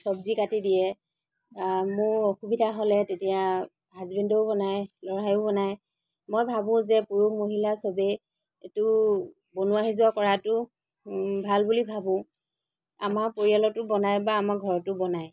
চবজি কাটি দিয়ে মোৰ অসুবিধা হ'লে তেতিয়া হাজবেণ্ডেও বনাই ল'ৰায়ো বনাই মই ভাবোঁ যে পুৰুষ মহিলা চবে এইটো বনোৱা সিজোৱা কৰাতো ভাল বুলি ভাৱোঁ আমাৰ পৰিয়ালতো বনাই বা আমাৰ ঘৰতো বনায়